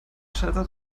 scheitert